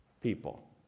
people